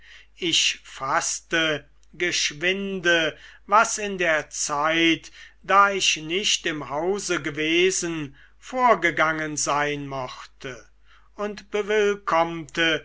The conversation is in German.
ich faßte geschwinde was in der zeit da ich nicht im hause gewesen vorgegangen sein mochte und